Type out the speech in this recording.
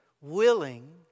willing